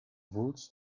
woods